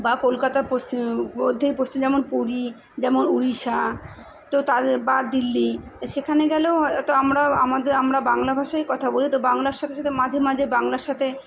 বা কলকাতা পশ্চিম মধ্যেই পশ্চিম যেমন পুরী যেমন উড়িষ্যা তো তাদের বা দিল্লি সেখানে গেলেও হয় তো আমরা আমাদে আমরা বাংলা ভাষায় কথা বলি তো বাংলার সাথে সাথে মাঝে মাঝে বাংলার সাথে